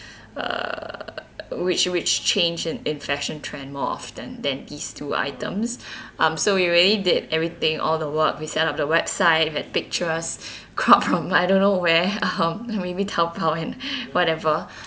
uh which which change in in fashion trend more often than these two items um so we really did everything all the work we set up the website had pictures crop from I don't know where maybe taobao and whatever